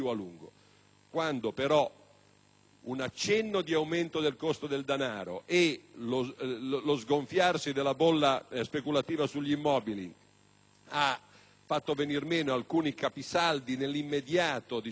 un accenno di aumento del costo del denaro e lo sgonfiarsi della bolla speculativa sugli immobili hanno fatto venir meno nell'immediato alcuni capisaldi di questa economia del debito